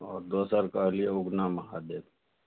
आओर दोसर कहलियै उगना महादेव